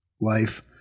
life